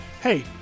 hey